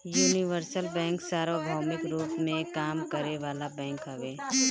universal bank सार्वभौमिक रूप में काम करे वाला बैंक हवे